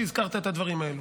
שהזכרת את הדברים האלו.